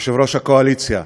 יושב-ראש הקואליציה,